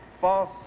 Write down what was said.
false